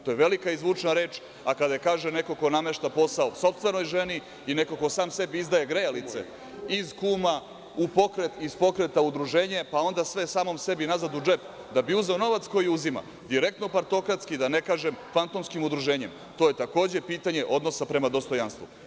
To je velika i zvučna reč, a kada joj kaže neko ko namešta posao sopstvenoj ženi i neko ko sam sebi izdaje grejalice iz kuma u pokret, iz pokreta u udruženje, pa onda samom sebi nazad u džep, da bi uzeo novac koji uzima, direktno partokratski, da ne kažem fantomskim udruženjem, to je takođe pitanje odnosa prema dostojanstvu.